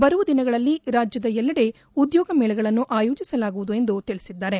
ಬರುವ ದಿನಗಳಲ್ಲಿ ರಾಜ್ಯದ ಎಲ್ಲಡೆ ಉದ್ಯೋಗ ಮೇಳಗಳನ್ನು ಆಯೋಜಿಸಲಾಗುವುದು ಎಂದು ತಿಳಿಸಿದ್ದಾರೆ